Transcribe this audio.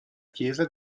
chiesa